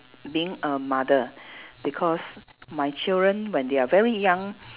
being a mother because my children when they are very young